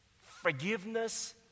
forgiveness